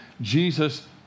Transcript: Jesus